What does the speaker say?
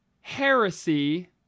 heresy